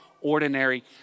ordinary